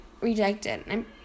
rejected